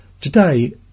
Today